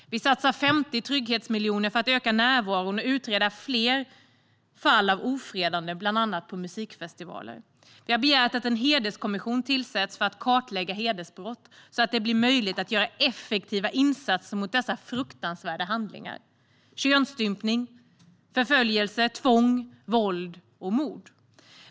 Vi satsar 50 trygghetsmiljoner för att öka närvaron och utreda fler fall av ofredande, bland annat på musikfestivaler. För att kartlägga hedersbrott har vi begärt att en hederskommission tillsätts, så att det blir möjligt att göra effektiva insatser mot dessa fruktansvärda handlingar: könsstympning, förföljelse, tvång, våld och mord.